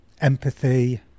empathy